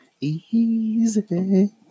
Easy